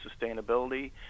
sustainability